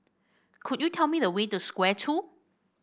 could you tell me the way to Square Two